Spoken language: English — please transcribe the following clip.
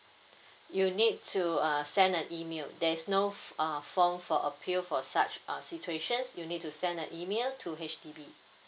you need to uh send an email there's no for err form for appeal for such uh situations you need to send an email to H_D_B